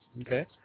Okay